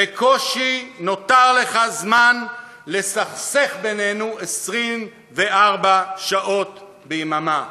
בקושי נותר לך זמן לסכסך בינינו 24 שעות ביממה.